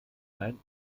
kein